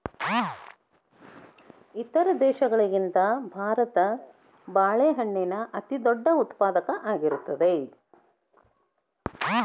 ಇತರ ದೇಶಗಳಿಗಿಂತ ಭಾರತ ಬಾಳೆಹಣ್ಣಿನ ಅತಿದೊಡ್ಡ ಉತ್ಪಾದಕ ಆಗೈತ್ರಿ